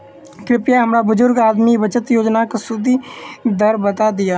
कृपया हमरा बुजुर्ग आदमी बचत योजनाक सुदि दर बता दियऽ